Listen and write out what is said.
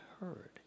heard